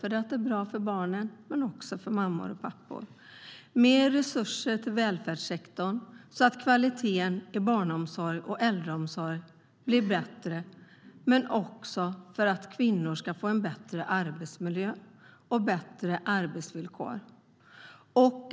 Det är bra för barnen men också för mammor och pappor. Vi vill ge mer resurser till välfärdssektorn för att kvaliteten i barnomsorg och äldreomsorg ska bli bättre men också för att kvinnor ska få bättre arbetsmiljö och bättre arbetsvillkor.